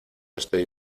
estoy